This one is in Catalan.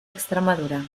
extremadura